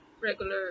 regular